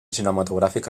cinematogràfic